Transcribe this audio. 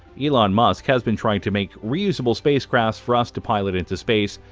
elon musk has been trying to make reusable spacecrafts for us to pilot into space,